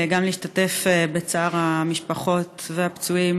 גם להשתתף בצער המשפחות והפצועים,